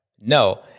No